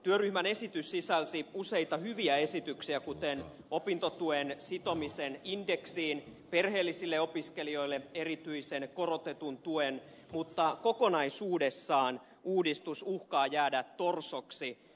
työryhmän esitys sisälsi useita hyviä esityksiä kuten opintotuen sitomisen indeksiin perheellisille opiskelijoille erityisen korotetun tuen mutta kokonaisuudessaan uudistus uhkaa jäädä torsoksi